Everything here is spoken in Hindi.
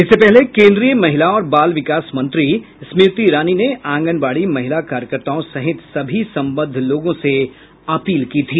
इससे पहले केंद्रीय महिला और बाल विकास मंत्री स्मृति ईरानी ने आंगनवाड़ी महिला कार्यकर्ताओं सहित सभी संबद्ध लोगों से अपील की थी